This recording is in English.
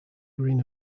green